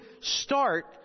start